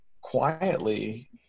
quietly